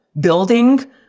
building